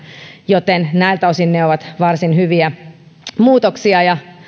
joten näiltä osin ne ovat varsin hyviä muutoksia ja